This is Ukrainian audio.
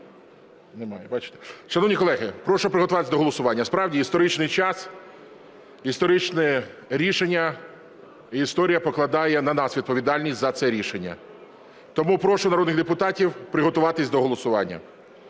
голосування… Шановні колеги, прошу приготуватись до голосування. Справді, історичний час, історичне рішення і історія покладає на нас відповідальність за це рішення. Тому прошу народних депутатів приготуватися до голосування.